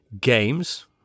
games